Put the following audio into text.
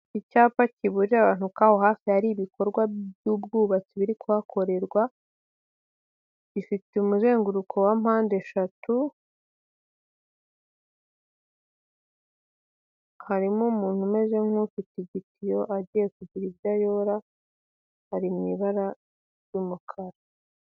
Icyapa kiburira abantu ko aho hafi hari ibikorwa by'ubwubatsi biri kuhakorerwa, gifite umuzenguruko wa mpande eshatu, harimo umuntu umeze nk'ufite igitiyo, agiye kugira ibyo ayora, ari mu ibara ry'umukara.